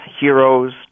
heroes